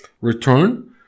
return